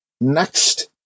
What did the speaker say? next